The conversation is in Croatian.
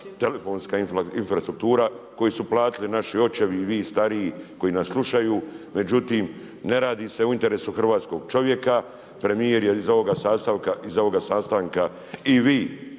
telefonska infrastruktura koju su platili naši očevi i vi stariji koji nas slušaju. Međutim ne radi se u interesu hrvatskog čovjeka, premijer je iz ovoga sastanka i vi